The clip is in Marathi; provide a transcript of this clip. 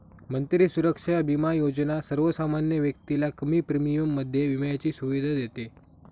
मंत्री सुरक्षा बिमा योजना सर्वसामान्य व्यक्तीला कमी प्रीमियम मध्ये विम्याची सुविधा देते